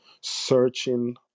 searching